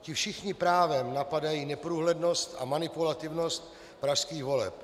Ti všichni právem napadají neprůhlednost a manipulativnost pražských voleb.